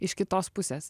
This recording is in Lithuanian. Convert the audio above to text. iš kitos pusės